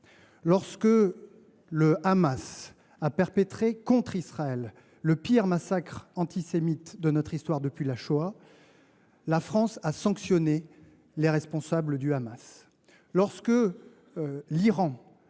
Lorsque le Hamas a perpétré contre Israël le pire massacre antisémite de notre histoire depuis la Shoah, la France a sanctionné les responsables du Hamas.